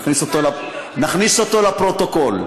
נכניס אותו לפרוטוקול.